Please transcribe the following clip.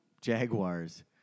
Jaguars